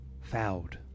fouled